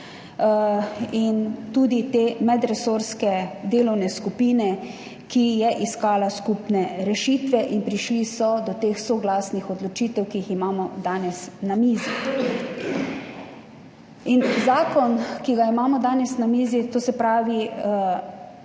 in tudi te medresorske delovne skupine, ki je iskala skupne rešitve in prišli so do teh soglasnih odločitev, ki jih imamo danes na mizi. In zakon, ki ga imamo danes na mizi, rokodelstvo